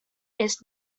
its